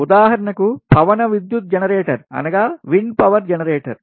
ఉదాహరణకు పవన విద్యుత్ జనరేటర్